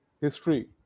history